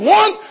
one